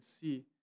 see